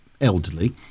elderly